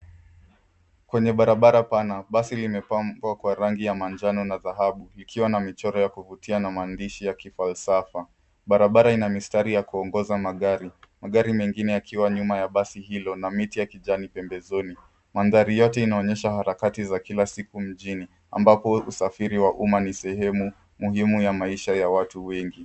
Kwenye barabara pana, basi limepambwa kwa rangi ya manjano na dhahabu ikiwa na michoro ya kuvutia na maandishi ya kifalsafa. Barabara ina mistari ya kuongoza magari. Magari mengine yakiwa nyuma ya basi hilo na miti ya kijani pembezoni. Mandhari yote inaonyesha harakati za kila siku mjini ambapo usafiri wa umma ni sehemu muhimu ya maisha ya watu wengi.